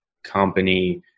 company